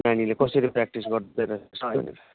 नानीले कसरी प्र्याक्टिस गर्दैरहेछ है